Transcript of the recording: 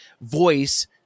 voice